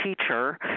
teacher